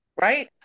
right